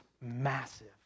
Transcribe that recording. massive